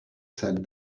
said